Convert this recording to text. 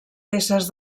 peces